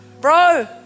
bro